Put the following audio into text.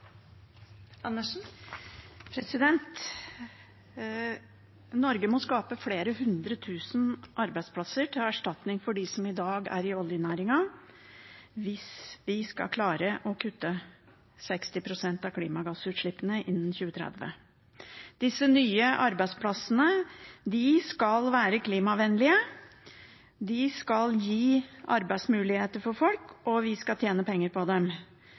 i oljenæringen, hvis vi skal klare å kutte 60 pst. av klimagassutslippene innen 2030. Disse nye arbeidsplassene skal være klimavennlige, de skal gi arbeidsmuligheter for folk, og vi skal tjene penger på dem.